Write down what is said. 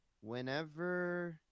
whenever